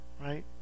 right